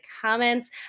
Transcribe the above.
comments